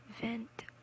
vent